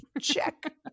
Check